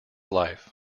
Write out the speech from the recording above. life